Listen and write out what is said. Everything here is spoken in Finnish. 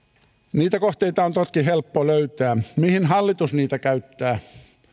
niitä kohteita on toki helppo löytää mihin hallitus niitä käyttää